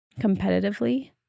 competitively